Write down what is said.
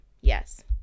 yes